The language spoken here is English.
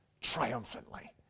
triumphantly